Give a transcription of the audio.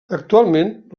actualment